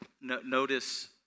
notice